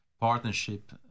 partnership